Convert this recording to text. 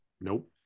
Nope